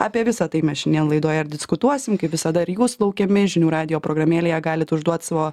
apie visa tai mes šiandien laidoje ir diskutuosim kaip visada ir jūs laukiami žinių radijo programėlėje galit užduot savo